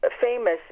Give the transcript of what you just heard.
famous